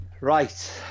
right